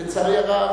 לצערי הרב,